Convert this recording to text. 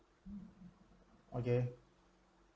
okay